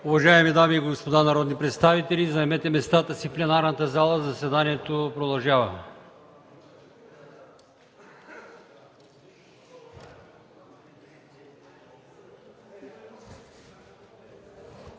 Уважаеми дами и господа народни представители, моля, заемете местата си в пленарната зала – заседанието продължава.